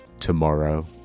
tomorrow